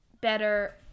better